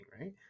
right